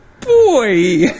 boy